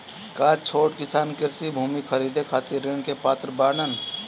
का छोट किसान कृषि भूमि खरीदे खातिर ऋण के पात्र बाडन?